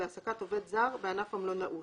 להעסקת עובד זר בענף המלונאות,